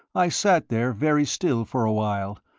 i sat there very still for a while,